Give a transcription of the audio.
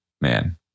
Man